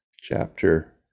chapter